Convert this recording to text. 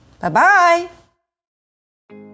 Bye-bye